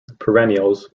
perennials